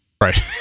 Right